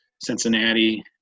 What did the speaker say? Cincinnati